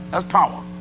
that's power.